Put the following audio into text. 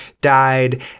died